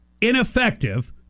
ineffective